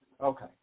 Okay